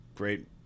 great